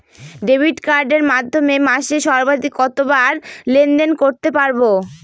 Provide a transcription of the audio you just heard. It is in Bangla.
ডেবিট কার্ডের মাধ্যমে মাসে সর্বাধিক কতবার লেনদেন করতে পারবো?